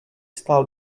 stál